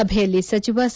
ಸಭೆಯಲ್ಲಿ ಸಚಿವ ಸಿ